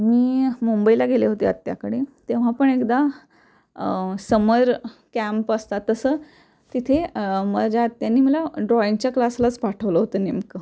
मी मुंबईला गेले होते आत्याकडे तेव्हा पण एकदा समर कॅम्प असतात तसं तिथे माझ्या आत्याने मला ड्रॉईंगच्या क्लासलाच पाठवलं होतं नेमकं